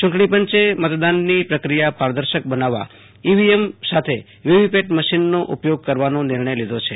ચૂટણી પંચે મતદાનની પ્રક્રિયા પારદર્શક બનાવવા ઈવીએમ સાથે વીવીપેટ મશીનનો ઉપયોગ કરવાનો નિર્ણય લીધો છે